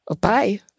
Bye